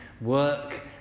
work